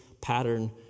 pattern